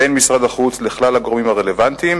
בין משרד החוץ לכלל הגורמים הרלוונטיים,